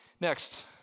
Next